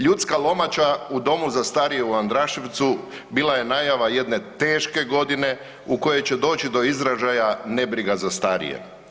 Ljudska lomača u domu za starije u Andraševcu bila je najava jedne teške godine u kojoj će doći do izražaja nebriga za starije.